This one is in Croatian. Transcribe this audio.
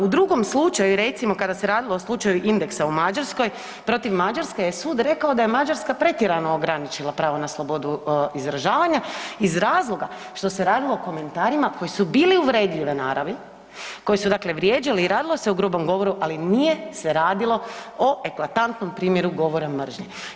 U drugom slučaju recimo kada se radilo o slučaju indeksa u Mađarskoj protiv Mađarske je sud rekao da je Mađarska pretjerano ograničila prava na slobodu izražavanja iz razloga što se radilo o komentarima koji su bili uvredljive naravi, koji su dakle vrijeđali i radilo se o grubom govoru, ali nije se radilo o eklatantnom primjeru govora mržnje.